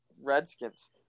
Redskins